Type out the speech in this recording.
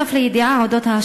נוסף על הידיעה על ההשעיה,